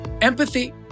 Empathy